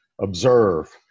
observe